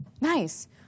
Nice